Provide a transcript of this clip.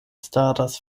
staras